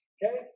Okay